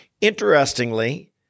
Interestingly